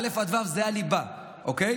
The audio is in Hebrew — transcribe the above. א'